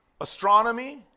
astronomy